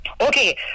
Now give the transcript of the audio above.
okay